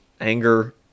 anger